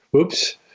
Oops